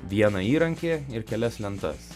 vieną įrankį ir kelias lentas